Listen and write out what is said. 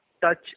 touch